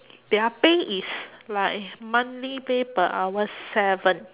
their pay is like monthly pay per hour seven